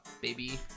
baby